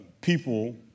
people